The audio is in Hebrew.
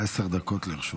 עשר דקות לרשותך.